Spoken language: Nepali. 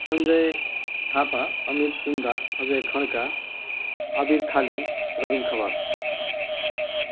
सञ्जय थापा अमिर सुन्दास अजय खड्का अबिर खालिङ रबिन खवास